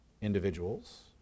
individuals